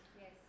Yes